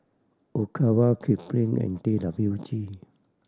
Ogawa Kipling and T W G